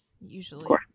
usually